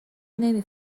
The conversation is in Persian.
نمی